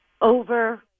over